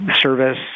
service